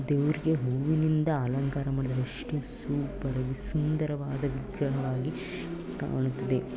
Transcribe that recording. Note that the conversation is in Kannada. ದೇವರಿಗೆ ಹೂವಿನಿಂದ ಅಲಂಕಾರ ಮಾಡಿದರೆ ಎಷ್ಟು ಸೂಪರಾಗಿ ಸುಂದರವಾದ ವಿಗ್ರಹವಾಗಿ ಕಾಣುತ್ತದೆ